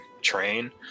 train